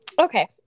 Okay